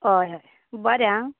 हय हय बरें आं